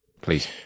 please